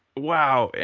wow.